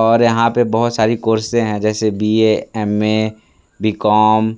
और यहाँ पे बहुत सारी कोर्सें हैं जैसे B A M A B com